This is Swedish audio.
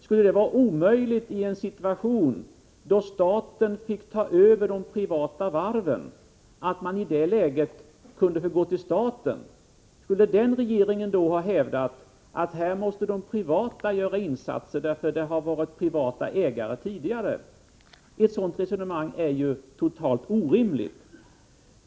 Skulle det på samma sätt ha varit omöjligt för de privata varven — vi har ju haft en situation då staten fick ta över de privata varven — att gå till staten? Skulle den dåvarande regeringen ha hävdat att det privata näringslivet måste göra insatser, eftersom varven tidigare haft privata ägare? Ett sådant resonemang är ju totalt orimligt.